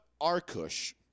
Arkush